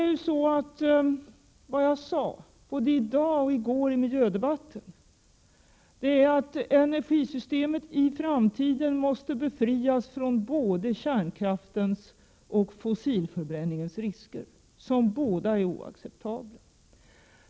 Vad jag sade — tidigare i dag och i miljödebatten i går — var att energisystemet i framtiden måste befrias från såväl kärnkraftens som fossilförbränningens risker, vilka båda är oacceptabla.